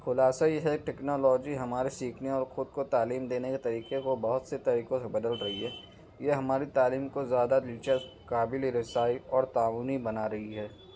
خلاصہ یہ ہے ٹیکنالوجی ہمارے سیکھنے اور خود کو تعلیم دینے کے طریقے کو بہت سے طریقوں سے بدل رہی ہے یہ ہماری تعلیم کو زیادہ دلچسپ قابل رسائی اور تعاونی بنا رہی ہے